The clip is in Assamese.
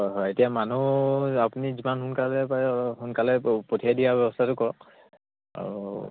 হয় হয় এতিয়া মানুহ আপুনি যিমান সোনকালে পাৰে সোনকালে পঠিয়াই দিয়া ব্যৱস্থাটো কওক আৰু